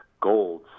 gold